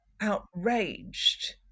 outraged